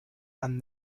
and